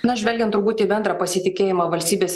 na žvelgiant turbūt į bendrą pasitikėjimą valstybės